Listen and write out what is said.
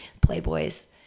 Playboys